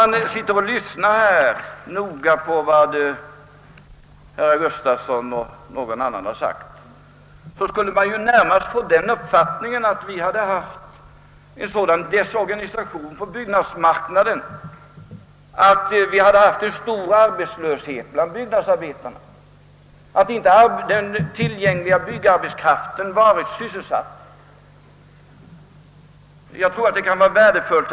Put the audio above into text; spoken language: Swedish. När man lyssnade på bl.a. herr Gustafsson i Skellefteå fick man närmast den uppfattningen att det förekommit en desorganisation på byggnadsmarknaden som medfört stor arbetslöshet bland arbetarna där och gjort, att den tillgängliga byggarbetskraften inte varit sysselsatt i tillräcklig utsträckning.